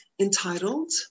entitled